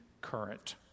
current